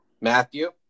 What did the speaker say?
Matthew